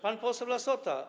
pan poseł Lassota.